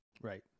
Right